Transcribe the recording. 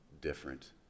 different